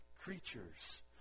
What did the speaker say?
creatures